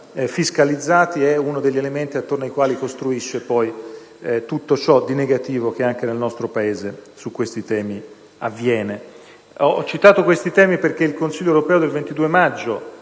fiscalizzati rappresenta uno degli elementi attorno ai quali essa costruisce tutto ciò che di negativo anche nel nostro Paese su questi temi avviene. Ho citato questi temi perché il Consiglio europeo del 22 maggio